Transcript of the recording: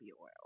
oil